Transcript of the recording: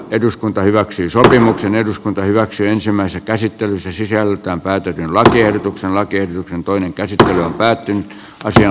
eduskunta hyväksyi sopimuksen eduskunta hyväksyi ensimmäisen käsittelyn se sisältää päätetyn lakiehdotuksen rakennuksen toinen käsittely on päättynyt tasan ja